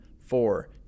four